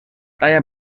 talla